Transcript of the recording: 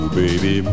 baby